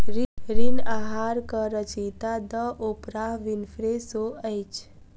ऋण आहारक रचयिता द ओपराह विनफ्रे शो अछि